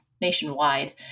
nationwide